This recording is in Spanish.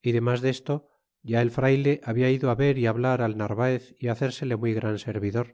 y dernas desto ya el frayle habla ido ver y hablar al narvaez y hacérsele muy gran servidor